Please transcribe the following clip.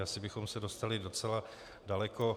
Asi bychom se dostali docela daleko.